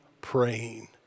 praying